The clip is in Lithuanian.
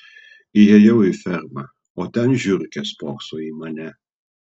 įėjau į fermą o ten žiurkė spokso į mane